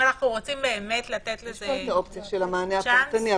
יש פה את האופציה של המענה הפרטני,